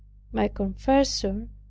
my confessor,